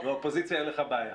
באופוזיציה אין לך בעיה.